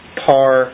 par